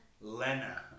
Lena